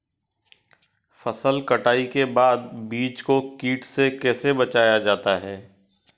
फसल कटाई के बाद बीज को कीट से कैसे बचाया जाता है?